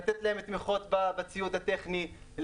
לתת להם תמיכות בציוד הטכני,